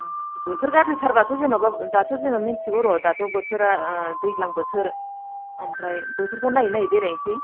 औ बोथोर गाज्रिथारब्लाथ' जेन'बा दाथ' जेङो मिन्थिगौ र' दाथ' बोथोरा ओ दैज्लां बोथोर आमफ्राय बोथोरखौ नायै नायै बेरायनोसै